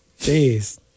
Jeez